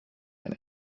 ein